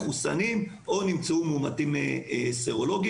מחוסנים או נמצאו מאומתים סרולוגיים.